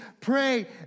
pray